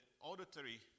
auditory